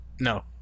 No